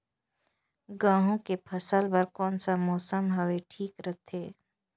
गहूं के फसल बर कौन सा मौसम हवे ठीक रथे?